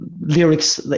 lyrics